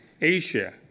Asia